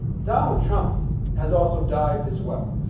donald trump has also dived as well.